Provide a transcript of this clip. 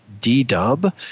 D-Dub